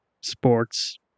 Sports